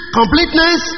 completeness